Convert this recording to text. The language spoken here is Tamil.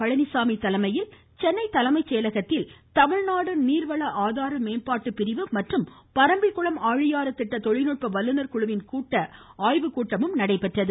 பழனிசாமி தலைமையில் சென்னை தலைமைச் செயலகத்தில் தமிழ்நாடு நீர்வள ஆதார மேம்பாட்டு பிரிவு மற்றும் பரம்பிக்குளம் ஆழியாறு திட்ட தொழில்நுட்ப வல்லுனர் குழுவின் ஆய்வுக்கூட்டம் நடைபெற்றது